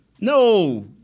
No